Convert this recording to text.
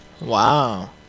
Wow